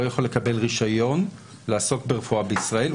יכול לקבל רישיון לעסוק ברפואה בישראל.